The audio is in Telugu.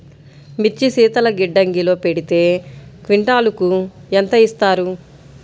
మిర్చి శీతల గిడ్డంగిలో పెడితే క్వింటాలుకు ఎంత ఇస్తారు?